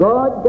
God